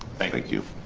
thank you,